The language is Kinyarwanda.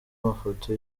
amafoto